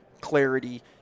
clarity